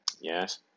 Yes